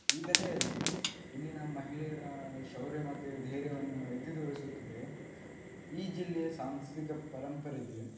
ಈ ಕಥೆಯಲ್ಲಿ ಇಲ್ಲಿನ ಮಹಿಳೆಯರ ಶೌರ್ಯ ಮತ್ತು ಧೈರ್ಯವನ್ನು ಎತ್ತಿ ತೋರಿಸುತ್ತಿದೆ ಈ ಜಿಲ್ಲೆಯ ಸಾಂಸ್ಕೃತಿಕ ಪರಂಪರೆಗೆ